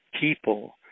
people